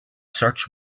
search